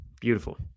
Beautiful